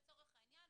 לצורך העניין,